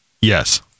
Yes